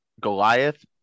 Goliath